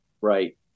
Right